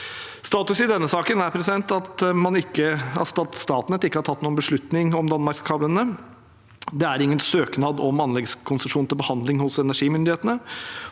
Status i denne saken er at Statnett ikke har tatt noen beslutning om danmarkskablene. Det er ingen søknad om anleggskonsesjon til behandling hos energimyndighetene.